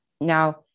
Now